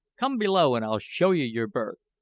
come below and i'll show you your berth.